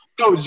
no